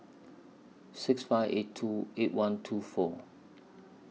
six five eight two eight one two four